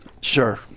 Sure